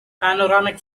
panoramic